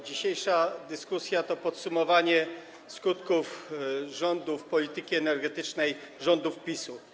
Dzisiejsza dyskusja to podsumowanie skutków polityki energetycznej rządów PiS-u.